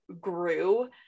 grew